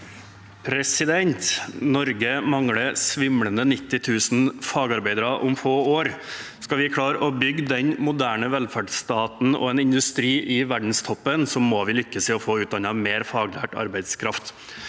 Norge vil mangle svimlende 90 000 fagarbeidere om få år. Skal vi klare å bygge den moderne velferdsstaten og en industri i verdenstoppen, må vi lykkes i å få utdannet mer faglært arbeidskraft.